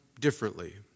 differently